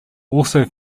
also